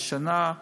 זה שנה,